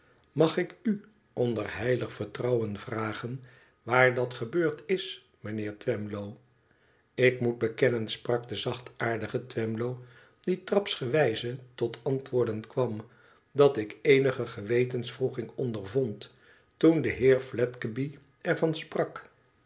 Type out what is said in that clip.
mag ik u onder heilig vertrouwen vragen waar dat gebeurd is mijnheer twemlow ik moet bekennen sprak de zachtaardige twemlow die trapsgewijze tot antwoorden kwam i dat ik eenige gewetenswroeging ondervond toen de heer fledgeby er van sprak